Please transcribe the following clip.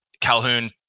Calhoun